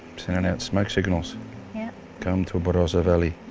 sending out smoke signals yeah come to barossa valley.